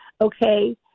okay